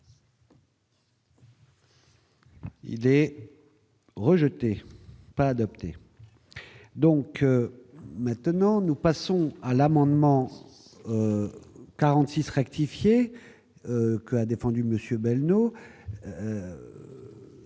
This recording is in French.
Il est rejeté par adopter, donc maintenant nous passons à l'amendement 46 rectifier qu'a défendu monsieur